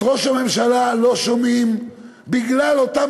את ראש הממשלה לא שומעים בגלל אותה